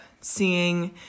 seeing